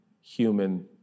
human